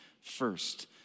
first